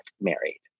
married